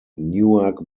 newark